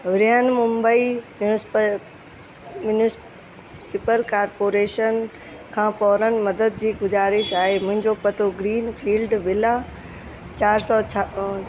virion Mumbai municipal municipal corporation खां फ़ौरन मदद जी गुज़ारिश आहे मुंहिंजो पतो ग्रीन फ़ील्ड विला चार सौ छा